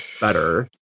better